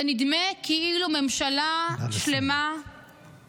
זה נדמה כאילו ממשלה שלמה -- נא לסיים.